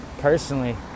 personally